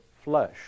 flesh